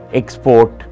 export